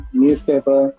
newspaper